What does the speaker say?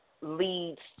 leads